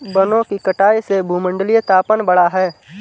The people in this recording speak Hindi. वनों की कटाई से भूमंडलीय तापन बढ़ा है